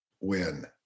win